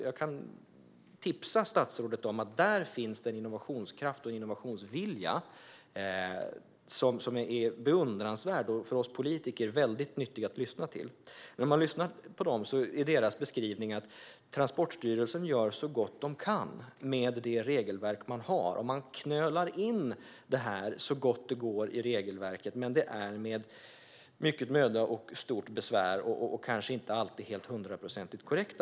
Jag kan tipsa statsrådet om att det där finns en innovationskraft och en innovationsvilja som är beundransvärd och väldigt nyttig att lyssna till för oss politiker. Deras beskrivning är att Transportstyrelsen gör så gott de kan med det regelverk de har. De knölar in detta i regelverket så gott det går, men det är med mycket möda och stort besvär och kanske inte alltid hundraprocentigt korrekt.